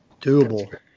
Doable